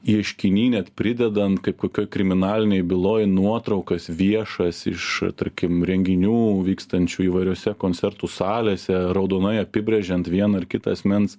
ieškiny net pridedant kaip kokioj kriminalinėj byloj nuotraukas viešas iš tarkim renginių vykstančių įvairiose koncertų salėse raudonai apibrėžiant vieno ar kito asmens